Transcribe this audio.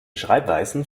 schreibweisen